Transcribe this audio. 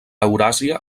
euràsia